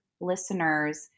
listeners